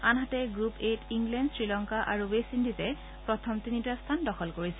আনহাতে group A ত England Sri Lanka আৰু ৱেষ্ট ইণ্ডিজে প্ৰথম তিনিটা স্থান দখল কৰিছে